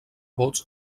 vots